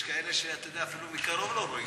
יש כאלה שאתה יודע, אפילו מקרוב לא רואים.